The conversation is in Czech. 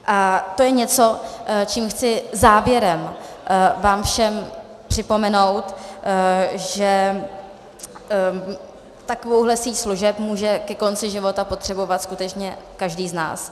A to je něco, čím chci závěrem vám všem připomenout, že takovouhle síť služeb může ke konci života potřebovat skutečně každý z nás.